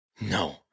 No